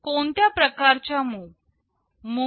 कोणत्या प्रकारच्या MOV